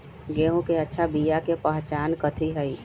गेंहू के अच्छा बिया के पहचान कथि हई?